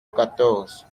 quatorze